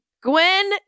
Gwen